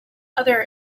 other